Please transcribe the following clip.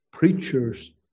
Preachers